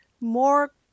more